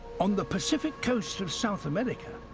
on the pacific coast of south america,